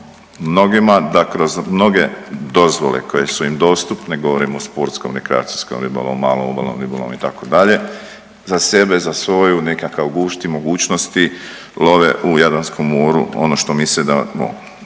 mnogima da kroz mnoge dozvole koje su im dostupne, govorim o sportskom rekreacijskom ribolovu, malom obalnom ribolovu itd. za sebe, za svoj nekakav gušt i mogućnosti love u Jadranskom moru ono što misle da mogu.